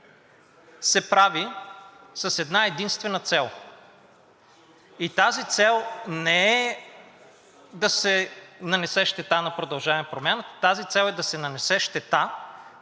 се прави с една-единствена цел и тази цел не е да се нанесе щета на „Продължаваме Промяната“. Тази цел е да се нанесе щета